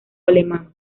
alemán